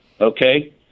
Okay